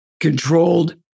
controlled